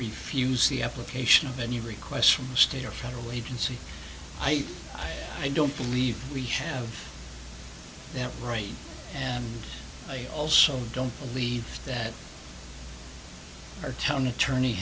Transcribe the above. refuse the application of any requests from the state or federal agency i i don't believe we have that right and i also don't believe that our town attorney